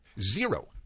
zero